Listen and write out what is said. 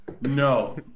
No